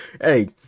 hey